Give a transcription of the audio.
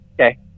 Okay